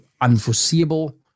unforeseeable